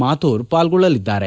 ಮಾಥೂರ್ ಪಾಲ್ಗೊಳ್ಳಲಿದ್ದಾರೆ